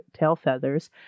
Tailfeathers